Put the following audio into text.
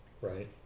right